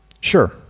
Sure